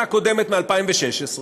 באמצעות מפגשים בין בתי-ספר ובין תלמידים